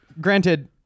granted